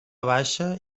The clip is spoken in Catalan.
baixa